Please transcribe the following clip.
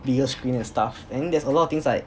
bigger screen and stuff and then there's a lot of things like